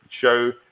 show